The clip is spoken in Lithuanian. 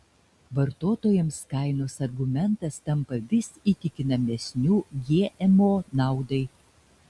vartotojams kainos argumentas tampa vis įtikinamesniu gmo naudai